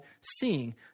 seeing